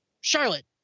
Charlotte